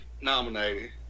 Nominated